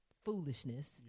foolishness